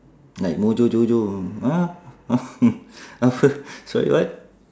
like mojojojo ha sorry what